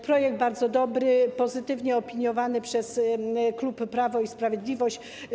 Projekt jest bardzo dobry, pozytywnie opiniowany przez klub Prawo i Sprawiedliwość.